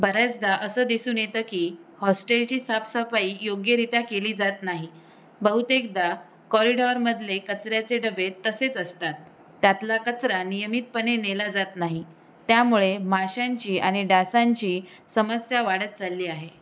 बऱ्याचदा असं दिसून येतं की हॉस्टेलची साफसफाई योग्यरित्या केली जात नाही बहुतेकदा कॉरिडॉरमधले कचऱ्याचे डबे तसेच असतात त्यातला कचरा नियमितपणे नेला जात नाही त्यामुळे माशांची आणि डासांची समस्या वाढत चालली आहे